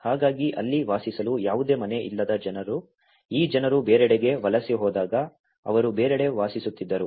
ಹಾಗಾಗಿ ಅಲ್ಲಿ ವಾಸಿಸಲು ಯಾವುದೇ ಮನೆ ಇಲ್ಲದ ಜನರು ಈ ಜನರು ಬೇರೆಡೆಗೆ ವಲಸೆ ಹೋದಾಗ ಅವರು ಬೇರೆಡೆ ವಾಸಿಸುತ್ತಿದ್ದರು